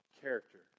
character